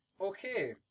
Okay